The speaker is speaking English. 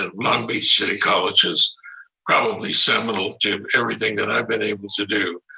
ah long beach city college is probably seminal to everything that i've been able to do.